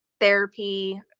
therapy